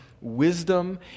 wisdom